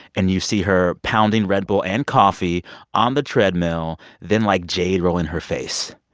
and you see her pounding red bull and coffee on the treadmill, then, like, jade rolling her face.